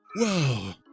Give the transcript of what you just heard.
whoa